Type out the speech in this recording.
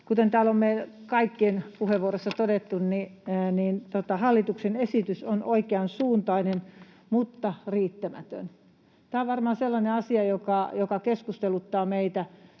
Kuten täällä on kaikkien puheenvuoroissa todettu, hallituksen esitys on oikeansuuntainen mutta riittämätön. Tämä on varmaan sellainen asia, joka keskusteluttaa meitä.